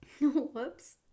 Whoops